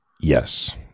Yes